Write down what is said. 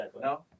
no